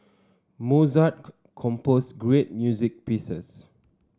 Mozart composed great music pieces